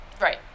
Right